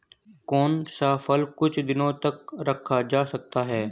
कौन सा फल कुछ दिनों तक रखा जा सकता है?